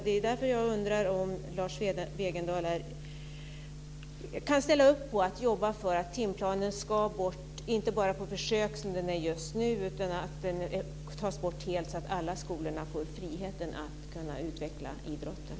Det är därför jag undrar om Lars Wegendal kan ställa upp på att jobba för att timplanen ska bort, inte bara på försök som just nu, utan att den tas bort helt så att alla skolor får friheten att utveckla idrotten.